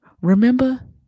Remember